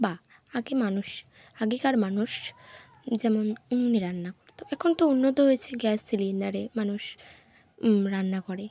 বা আগে মানুষ আগেকার মানুষ যেমন এমনি রান্না হতো এখন তো উন্নত হয়েছে গ্যাস সিলিণ্ডারে মানুষ রান্না করে